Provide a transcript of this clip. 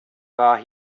war